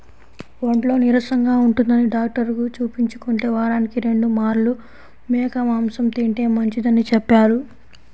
ఒంట్లో నీరసంగా ఉంటందని డాక్టరుకి చూపించుకుంటే, వారానికి రెండు మార్లు మేక మాంసం తింటే మంచిదని చెప్పారు